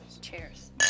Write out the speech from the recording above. Cheers